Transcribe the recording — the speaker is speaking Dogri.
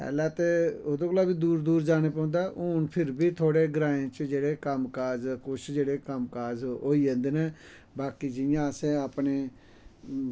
पैह्लै ते ओह्दै कोला बी दूर दूर जानै पौंदा हून फिर बी थोह्ड़े ग्रांए च जेह्ड़े कम्म काज़ कुश जेह्ड़े कम्म काज़ होई जंदे नै बाकी जियां असें अपने